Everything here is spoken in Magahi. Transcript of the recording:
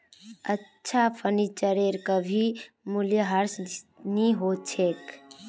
अच्छा फर्नीचरेर कभी मूल्यह्रास नी हो छेक